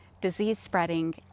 disease-spreading